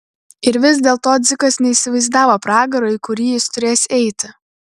ir vis dėlto dzikas neįsivaizdavo pragaro į kurį jis turės eiti